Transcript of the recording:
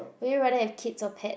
will you rather have kids or pet